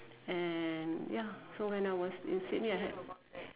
and ya so when I was in Sydney I had